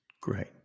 Great